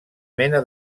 mena